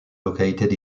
located